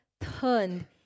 turned